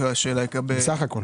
סך הכל?